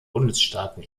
bundesstaaten